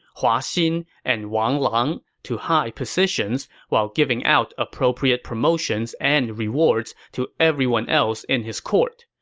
hua xin, and wang lang to high positions while giving out appropriate promotions and rewards to everyone else in his court.